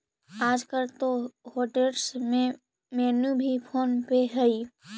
आजकल तो होटेल्स में मेनू भी फोन पे हइ